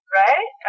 right